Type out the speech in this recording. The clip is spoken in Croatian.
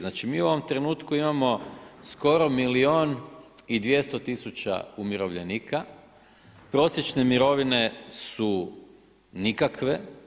Znači mi u ovom trenutku imamo skoro milijun i 200 tisuća umirovljenika, prosječne mirovine su nikakve.